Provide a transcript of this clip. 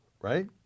right